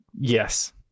Yes